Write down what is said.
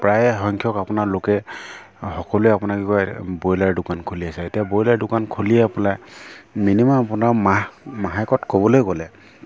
প্ৰায়ে সংখ্যক আপোনালোকে সকলোৱে আপোনাৰ কি কয় ব্ৰইলাৰ দোকান খুলি আছে এতিয়া ব্ৰইলাৰ দোকান খুলিয়ে আপোনাৰ মিনিমাম আপোনাৰ মাহ মাহেকত ক'বলৈ গ'লে